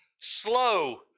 slow